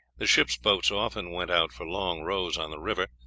the ship's boats often went out for long rows on the river,